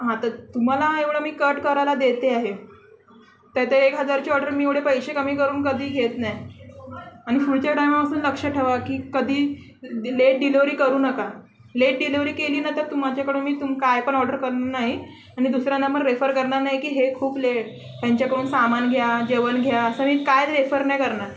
हां तर तुम्हाला एवढं मी कट करायला देते आहे तर एक हजारची ऑर्डर मी एवढे पैसे कमी करून कधी घेत नाही आणि पुढच्या टाईमापासून लक्ष ठेवा की कधी लेट डिलेवरी करू नका लेट डिलेवरी केली ना तर तुमच्याकडून मी तुमच्याकडून काय पण ऑर्डर करणार नाही आणि दुसरा नंबर रेफर करणार नाही की हे खूप लेट त्यांच्याकडून सामान घ्या जेवण घ्या असं मी काय रेफर नाही करणार